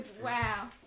Wow